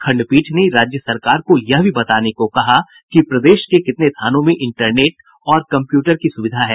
खंडपीठ ने राज्य सरकार को यह भी बताने को कहा कि प्रदेश के कितने थानों में इंटरनेट और कम्प्यूटर की सुविधा है